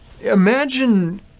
imagine